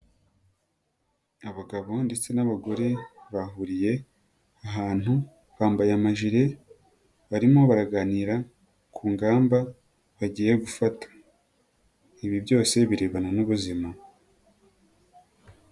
Abagabo ndetse n'abagore, bahuriye ahantu, bambaye amajile, barimo baraganira ku ngamba, bagiye gufata. Ibi byose birebana n'ubuzima.